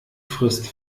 frist